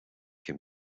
can